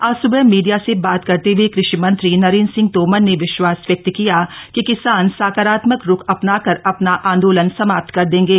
आज सुबह मीडिया से बात करते हए कृषि मंत्री नरेंद्र सिंह तोमर ने विश्वास व्यक्त किया कि किसान सकारात्मक रूख अपनाकर अपना आंदोलन समाप्त कर देंगे